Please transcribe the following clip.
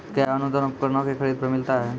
कया अनुदान उपकरणों के खरीद पर मिलता है?